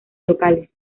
locales